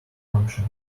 function